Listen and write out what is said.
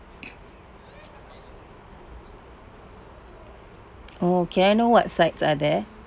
oh can I know what sides are there